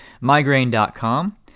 migraine.com